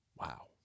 wow